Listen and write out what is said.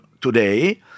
today